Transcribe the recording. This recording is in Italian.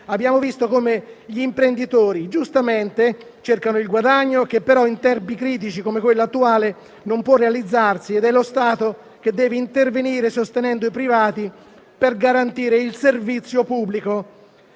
abbiamo visto che gli imprenditori cercano giustamente il guadagno, che però, in tempi critici come quello attuale, non può realizzarsi ed è lo Stato che deve intervenire sostenendo i privati per garantire il servizio pubblico.